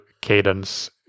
cadence